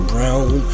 Brown